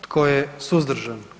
Tko je suzdržan?